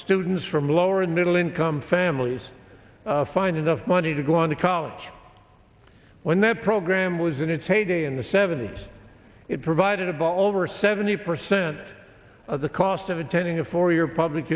students from lower and middle income families find enough money to go on to college when that program was in its heyday in the seventy's provided above all over seventy percent of the cost of attending a four year public